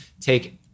take